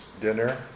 dinner